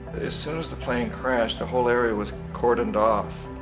as soon as the plane crashed the whole area was cordoned off.